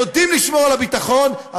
יודעים לשמור על הביטחון,